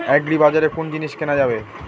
আগ্রিবাজারে কোন জিনিস কেনা যাবে?